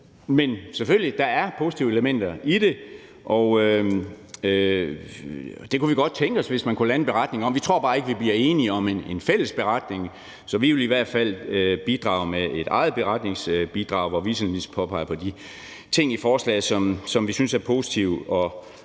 Men selvfølgelig er der positive elementer i det, og vi kunne godt tænke os, at man kunne lande en beretning om det. Vi tror bare ikke, at vi bliver enige om en fælles beretning, så vi vil i hvert fald komme med et eget beretningsbidrag, hvor vi peger på de ting i forslaget, som vi synes er positive